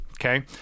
Okay